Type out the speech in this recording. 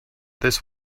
this